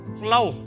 flow